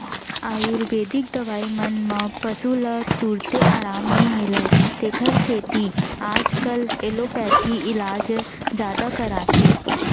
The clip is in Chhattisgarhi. आयुरबेदिक दवई मन म पसु ल तुरते अराम नई मिलय तेकर सेती आजकाल एलोपैथी इलाज जादा कराथें